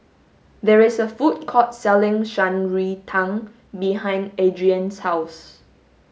there is a food court selling Shan Rui Tang behind Adriane's house